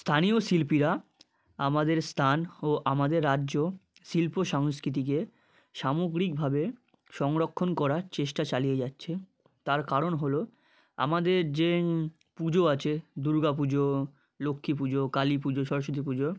স্থানীয় শিল্পীরা আমাদের স্থান ও আমাদের রাজ্য শিল্প সংস্কৃতিকে সামগ্রিকভাবে সংরক্ষণ করার চেষ্টা চালিয়ে যাচ্ছে তার কারণ হলো আমাদের যে পুজো আছে দুর্গা পুজো লক্ষ্মী পুজো কালী পুজো সরস্বতী পুজো